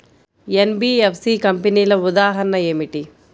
NBFC కంపెనీల ఉదాహరణ ఏమిటి?